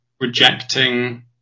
rejecting